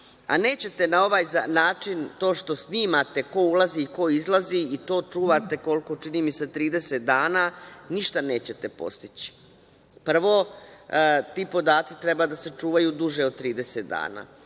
nećete, to što snimate ko ulazi, ko izlazi i to čuvate, čini mi se, 30 dana, ništa nećete postići. Prvo, ti podaci treba da se čuvaju duže od 30 dana.